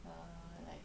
err like